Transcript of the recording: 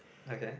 like that